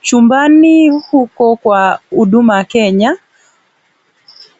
Chumbani huku kwa Huduma Kenya